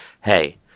hey